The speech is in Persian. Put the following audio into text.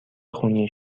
خونی